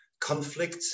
conflict